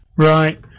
Right